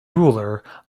ruler